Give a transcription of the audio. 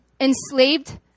enslaved